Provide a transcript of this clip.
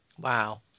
Wow